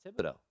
Thibodeau